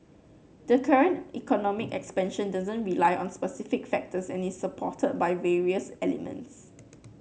the current economic expansion doesn't rely on specific factors and it supported by various elements